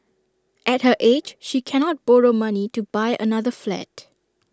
at her age she cannot borrow money to buy another flat